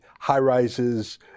high-rises